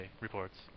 reports